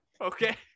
Okay